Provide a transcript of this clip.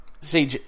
see